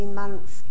months